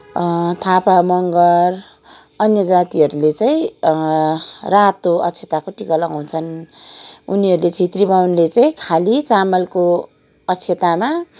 थापा मँगर अन्य जातिहरू ले चाहिँ रातो अक्षताको टिका लगाउँछन उनीहरूले छेत्री बाहुनले चाहिँ खालि चामलको अक्षतामा